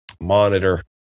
monitor